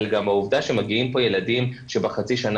אלא גם העובדה שמגיעים פה ילדים שבחצי השנה